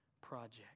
project